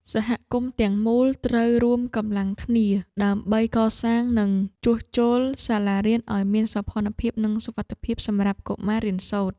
សហគមន៍ទាំងមូលត្រូវរួមកម្លាំងគ្នា ដើម្បីកសាងនិងជួសជុលសាលារៀនឱ្យមានសោភ័ណភាពនិងសុវត្ថិភាពសម្រាប់កុមាររៀនសូត្រ។